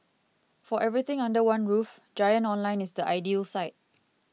for everything under one roof Giant Online is the ideal site